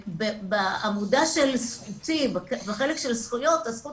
בעמודה של 'זכותי' בחלק של זכויות הזכות